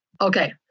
Okay